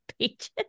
pages